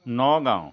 Nagaon